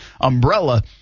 umbrella